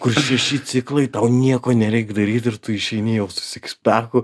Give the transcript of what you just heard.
kur šeši ciklai tau nieko nereik daryt ir tu išeini jau su sikspeku